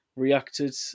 reacted